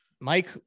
Mike